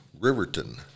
Riverton